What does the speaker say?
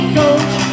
coach